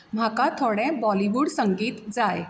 म्हाका थोडें बॉलीवूड संगीत जाय